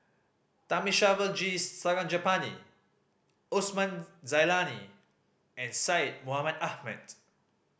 Thamizhavel G Sarangapani Osman Zailani and Syed Mohamed Ahmed